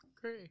Great